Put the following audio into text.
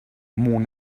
mon